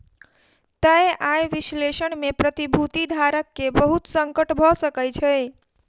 तय आय विश्लेषण में प्रतिभूति धारक के बहुत संकट भ सकै छै